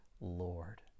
Lord